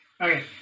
Okay